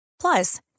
Plus